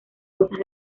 cosas